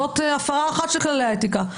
זאת הפרה אחת של כללי האתיקה.